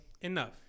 Enough